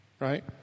Right